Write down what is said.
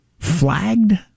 Flagged